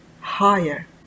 higher